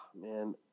man